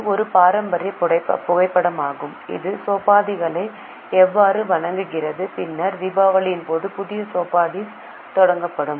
இது ஒரு பாரம்பரிய புகைப்படமாகும் இது சோபாதிகளை எவ்வாறு வணங்குகிறது பின்னர் தீபாவளியின்போது புதிய சோபாடிஸ் தொடங்கப்படும்